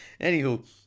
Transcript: Anywho